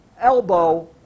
elbow